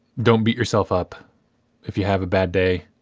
don't beat yourself up if you have a bad day.